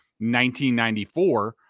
1994